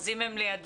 אז אם הם לידך,